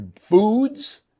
foods